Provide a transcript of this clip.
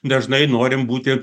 dažnai norim būt